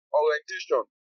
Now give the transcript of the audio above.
orientation